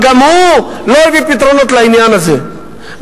אבל גם הוא לא הביא פתרונות לעניין הזה,